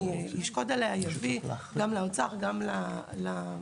ישקוד עליה ויביא גם לאוצר וגם לממשלה.